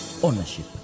ownership